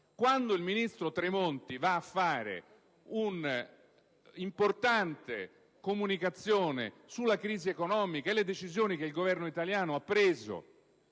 quando il ministro Tremonti va a fare un'importante comunicazione sulla crisi economica e le decisioni che il Governo italiano ha preso